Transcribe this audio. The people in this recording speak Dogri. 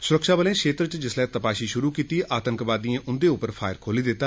स्रक्षाबलें क्षेत्र च जिसलै तपाशी श्रू कीती आंतकवादियें उन्दे उप्पर फायर खोली दिता